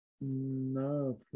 No